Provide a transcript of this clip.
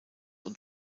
und